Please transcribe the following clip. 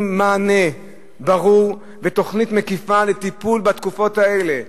מענה ברור ותוכנית מקיפה לטיפול בתקופות האלה.